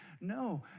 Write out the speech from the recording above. no